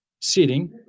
sitting